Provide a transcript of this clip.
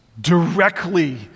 directly